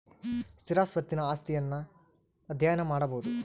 ಸ್ಥಿರ ಸ್ವತ್ತಿನ ಆಸ್ತಿಯನ್ನು ಅಧ್ಯಯನ ಮಾಡಬೊದು